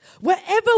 Wherever